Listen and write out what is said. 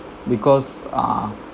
because uh